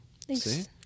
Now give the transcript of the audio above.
thanks